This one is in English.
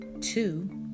two